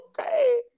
okay